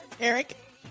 Eric